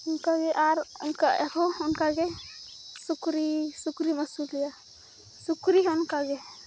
ᱚᱱᱠᱟᱜᱮ ᱟᱨ ᱚᱱᱠᱟ ᱟᱨᱦᱚ ᱚᱱᱠᱟᱜᱮ ᱥᱩᱠᱨᱤ ᱥᱩᱠᱨᱤᱢ ᱟᱹᱥᱩᱞᱮᱭᱟ ᱥᱩᱠᱨᱤᱦᱚᱸ ᱚᱱᱠᱟᱜᱮ